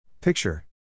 Picture